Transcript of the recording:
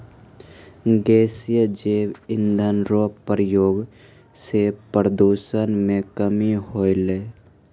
गैसीय जैव इंधन रो प्रयोग से प्रदूषण मे कमी होलै